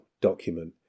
document